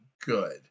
good